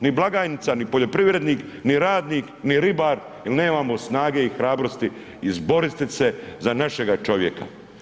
Ni blagajnica, ni poljoprivrednik, ni radnik, ni ribar jer nemamo snage i hrabrosti izboriti se za našega čovjeka.